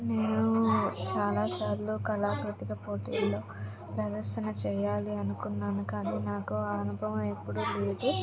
నేను చాలాసార్లు కళాకృతి పోటీలలో ప్రదర్శన చేయాలి అనుకున్నాను కానీ నాకు ఆ అనుభవం ఎప్పుడు లేదు